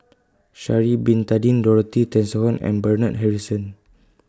Shari Bin Tadin Dorothy Tessensohn and Bernard Harrison